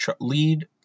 lead